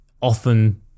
often